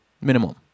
minimum